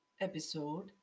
episode